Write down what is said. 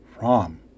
Rom